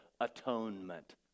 atonement